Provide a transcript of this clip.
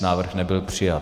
Návrh nebyl přijat.